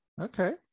okay